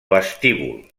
vestíbul